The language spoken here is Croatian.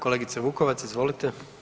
Kolegice Vukovac, izvolite.